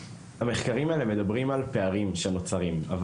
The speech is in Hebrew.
המחקרים האלה מדברים על פערים שנוצרים אבל